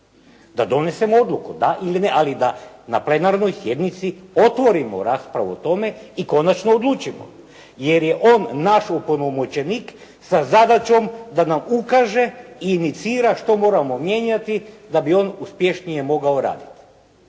Da donesemo odluku da ili ne, ali da na plenarnoj sjednici otvorimo raspravu o tome i konačno odlučimo, jer je on naš opunomoćenik sa zadaćom da nam ukaže i inicira što moramo mijenjati da bi on uspješnije mogao raditi.